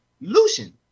Lucian